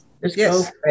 Yes